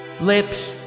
lips